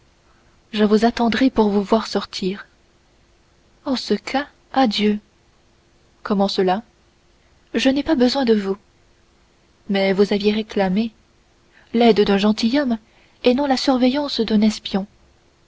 je vous attendrai pour vous voir sortir en ce cas adieu comment cela je n'ai pas besoin de vous mais vous aviez réclamé l'aide d'un gentilhomme et non la surveillance d'un espion